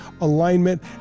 alignment